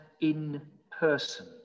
in-person